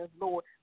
Lord